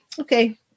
okay